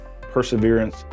perseverance